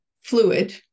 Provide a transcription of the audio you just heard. fluid